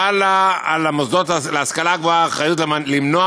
חלה על המוסדות להשכלה גבוהה האחריות למנוע